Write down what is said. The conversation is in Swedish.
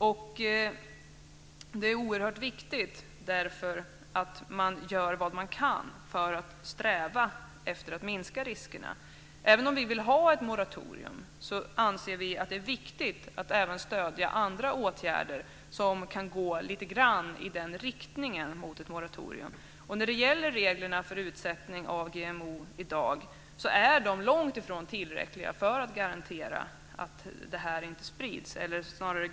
Det är därför oerhört viktigt att man gör vad man kan för att sträva efter att minska riskerna. Även om vi vill ha ett moratorium, anser vi att det är viktigt att även stödja andra åtgärder som kan gå lite grann i riktning mot ett moratorium. Reglerna för utsättning av GMO är i dag långt ifrån tillräckliga för att garantera att dessa gener inte sprids.